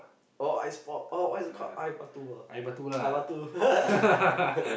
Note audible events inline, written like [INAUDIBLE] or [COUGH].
oh ice pop oh what is it called air-batu ah batu [LAUGHS]